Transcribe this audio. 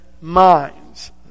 minds